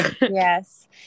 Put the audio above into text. Yes